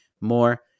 more